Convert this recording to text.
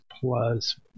plus